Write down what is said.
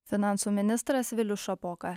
finansų ministras vilius šapoka